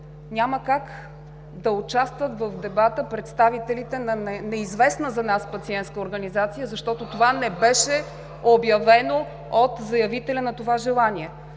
Няма как да участват в дебата представители на неизвестна за нас пациентска организация, защото това не беше обявено от заявителя на това желание.